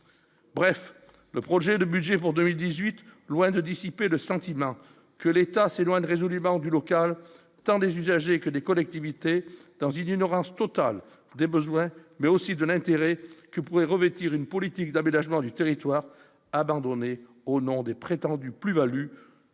Bref, le projet de budget pour 2018 loin de dissiper le sentiment que l'État, c'est loin d'résolument hors du local, tant des usagers que des collectivités dans une ignorance totale des besoins mais aussi de l'intérêt que pourrait revêtir une politique d'aménagement du territoire abandonné au nom des prétendus plus- Value